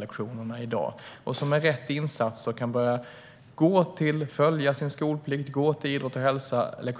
lektionerna i idrott och hälsa i dag. Med rätt insatser kan de börja gå till lektionerna i idrott och hälsa och uppfylla sin skolplikt.